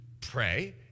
pray